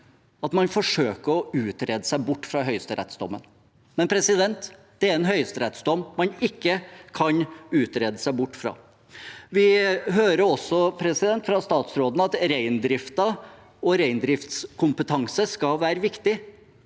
at man forsøker å utrede seg bort fra høyesterettsdommen, men det er en høyesterettsdom man ikke kan utrede seg bort fra. Vi hører også fra statsråden at reindrift og reindriftskompetanse skal være viktig.